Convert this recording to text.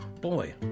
Boy